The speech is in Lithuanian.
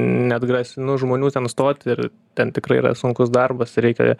neatgrasinu žmonių ten stoti ir ten tikrai yra sunkus darbas reikia